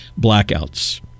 blackouts